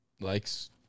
likes